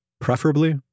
preferably